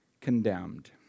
condemned